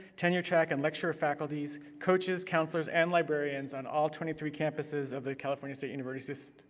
tenure-track, and lecturer faculties, coaches, counselors, and librarians on all twenty three campuses of the california state university system.